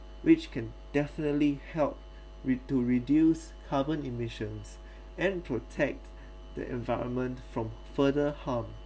which can definitely help re~ to reduce carbon emissions and protect the environment from further harm